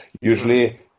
Usually